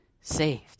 saved